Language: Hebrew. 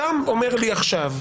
אתה אומר לי עכשיו,